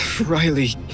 Riley